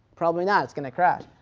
probably not, it's going to crash.